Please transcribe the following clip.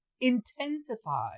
intensify